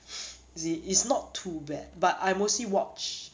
as in it's not too bad but I mostly watch